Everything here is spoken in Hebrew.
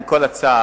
עם כל הצער,